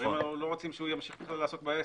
מדברים על כך שלא רוצים שאותו אדם ימשיך לעסוק בעסק.